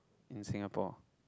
in Singapore